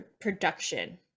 production